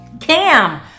Cam